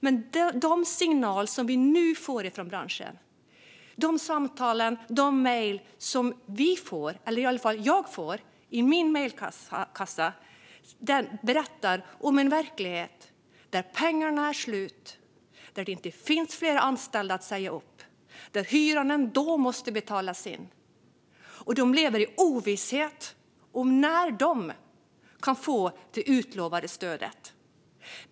Men de signaler, samtal och mejl, från branschen som vi eller i alla fall jag nu får berättar om en verklighet där pengarna är slut, där det inte finns fler anställda att säga upp och där hyran ändå måste betalas in. Företagarna lever i ovisshet om när de kan få det utlovade stödet.